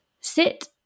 sit